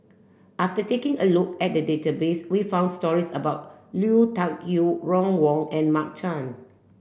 after taking a look at the database we found stories about Lui Tuck Yew Ron Wong and Mark Chan